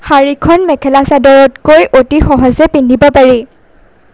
শাৰীখন মেখেলা চাদৰতকৈ অতি সহজে পিন্ধিব পাৰি